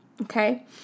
Okay